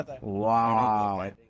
Wow